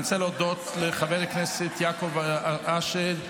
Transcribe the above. אני רוצה להודות לחבר הכנסת יעקב אשר,